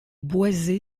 boisé